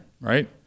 right